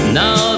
now